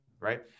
right